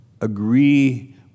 agree